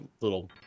little